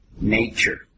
nature